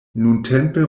nuntempe